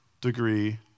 degree